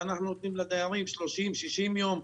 ואנחנו נותנים לדיירים 60-30 יום,